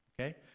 Okay